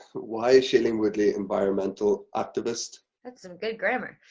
why is shailene woodley environmental activist? that's some good grammar.